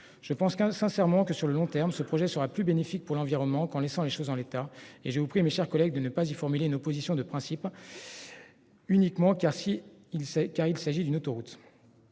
Je pense qu'un sincèrement que sur le long terme, ce projet sera plus bénéfique pour l'environnement qu'en laissant les choses en l'état et j'ai oublié mes chers collègues, de ne pas y formuler une opposition de principe. Uniquement car si il sait car il s'agit d'une autoroute.